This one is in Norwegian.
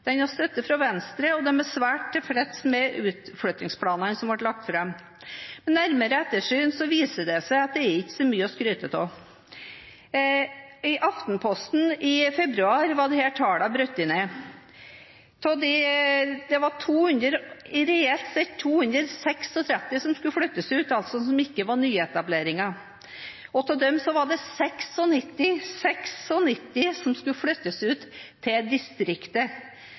Den har støtte fra Venstre, og vi er svært tilfredse med utflyttingsplanene som ble lagt fram. Ved nærmere ettersyn viser det seg at det ikke er så mye å skryte av. I Aftenposten i februar var tallene brutt ned. Det var reelt sett 236 arbeidsplasser som skulle flyttes ut – altså som ikke var nyetableringer. Av dem var det 96 som skulle flyttes ut til distriktet.